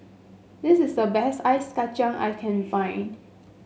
this is the best Ice Kachang I can find